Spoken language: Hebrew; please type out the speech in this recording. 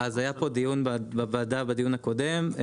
אז היה פה דיון בוועדה בדיון הקודם,